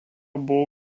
buvo